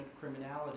criminality